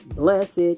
Blessed